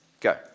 go